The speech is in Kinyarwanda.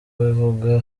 abivuga